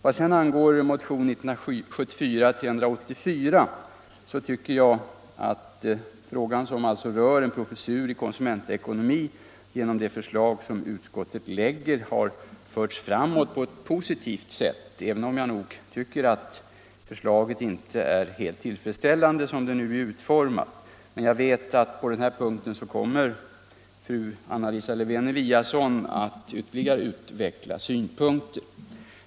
När det gäller motionen 1384 tycker jag att frågan — som alltså gäller inrättandet av en professur i konsumentekonomi — genom utskottets förslag förts framåt, även om jag inte tycker att förslaget såsom det är utformat är helt tillfredsställande. Jag vet att fru Lewén-Eliasson kommer att utveckla dessa synpunkter.